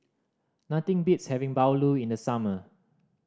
nothing beats having bahulu in the summer